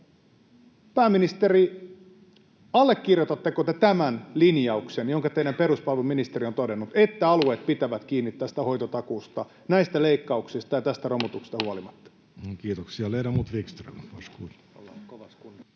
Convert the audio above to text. Pääministeri, allekirjoitatteko te tämän linjauksen, jonka teidän peruspalveluministeri on todennut, että alueet pitävät kiinni tästä hoitotakuusta näistä leikkauksista ja tästä romutuksesta huolimatta? Kiitoksia.